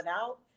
out